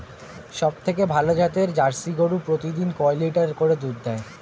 সবথেকে ভালো জাতের জার্সি গরু প্রতিদিন কয় লিটার করে দুধ দেয়?